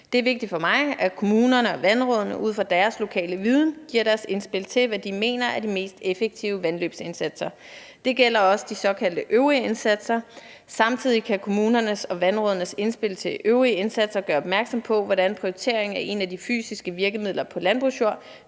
Det er vigtigt for mig, at kommunerne og vandrådene ud fra deres lokale viden giver deres indspil til, hvad de mener er de mest effektive vandløbsindsatser. Det gælder også de såkaldte øvrige indsatser. Samtidig kan der i forbindelse med kommunernes og vandrådenes indspil til øvrige indsatser gøres opmærksom på, hvordan prioriteringen af et af de fysiske virkemidler på landbrugsjord